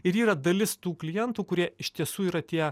ir yra dalis tų klientų kurie iš tiesų yra tie